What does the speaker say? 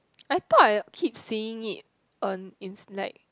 I thought I keep seeing it on in like